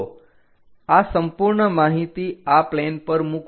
તો આ સંપૂર્ણ માહિતી આ પ્લેન પર મૂકો